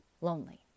lonely